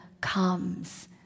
comes